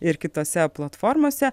ir kitose platformose